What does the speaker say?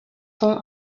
zone